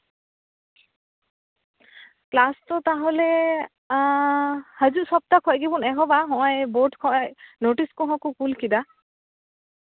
class ᱫᱚ ᱛᱟᱦᱚᱞᱮ ᱦᱟᱹᱡᱩᱜ ᱥᱚᱯᱛᱟ ᱠᱷᱚᱡ ᱜᱮᱵᱚᱱ ᱮᱦᱚᱵᱟ ᱦᱚᱜᱼᱚᱸᱭ ᱵᱳᱨᱰ ᱠᱷᱚᱡ ᱱᱳᱴᱤᱥ ᱠᱚᱦᱚᱸ ᱠᱚ ᱠᱩᱞ ᱠᱮᱫᱟ